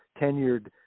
tenured